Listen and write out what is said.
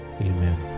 Amen